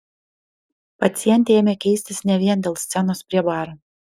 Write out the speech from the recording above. pacientė ėmė keistis ne vien dėl scenos prie baro